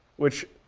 which